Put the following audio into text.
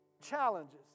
challenges